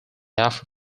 after